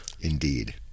Indeed